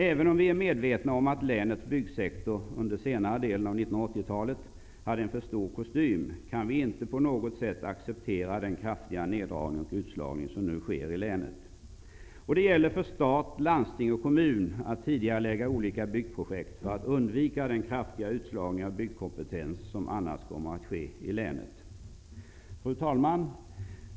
Även om vi är medvetna om att länets byggsektor under senare delen av 1980-talet hade en för stor kostym, kan vi inte på något sätt acceptera den kraftiga neddragning och utslagning som nu sker i länet. Det gäller för stat, landsting och kommun att tidigarelägga olika byggprojekt för att undvika den kraftiga utslagning av byggkompetens som annars kommer att ske i länet. Fru talman!